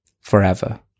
forever